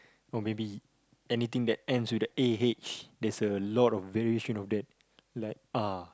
or maybe anything that ends with a A H there's a lot of variation of that like ah